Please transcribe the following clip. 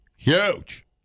Huge